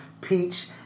Peach